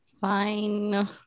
fine